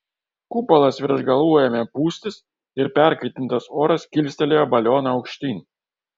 kupolas virš galvų ėmė pūstis ir perkaitintas oras kilstelėjo balioną aukštyn